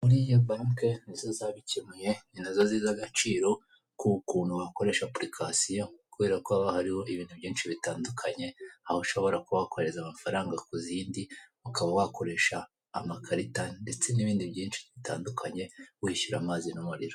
Buriya banki ni zo zabikemuye, ni na zo zizi agaciro k'ukuntu wakoresha apurikasiyo kubera ko haba hariho ibintu byinshi bitandukanye, aho ushobora kuba wakohereza amafaranga ku zindi ukaba wakoresha amakarita ndetse n'ibindi byinshi bitandukanye wishyura amazi n'umuriro.